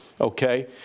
Okay